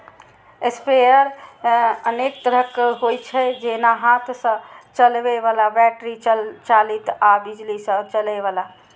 sprayer अनेक तरहक होइ छै, जेना हाथ सं चलबै बला, बैटरी चालित आ बिजली सं चलै बला